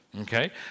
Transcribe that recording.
Okay